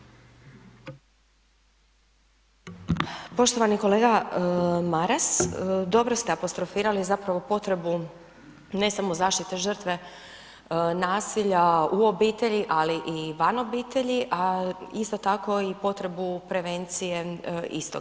Poštovani kolega Maras, dobro ste apostrofirali zapravo potrebu ne samo zaštite žrtve nasilja u obitelji, ali i van obitelji, a isto tako i potrebu prevencije istog.